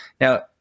Now